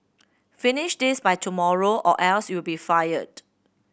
finish this by tomorrow or else you'll be fired